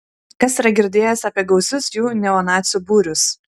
kas yra girdėjęs apie gausius jų neonacių būrius